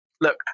look